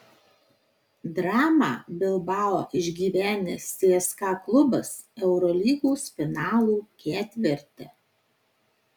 dramą bilbao išgyvenęs cska klubas eurolygos finalo ketverte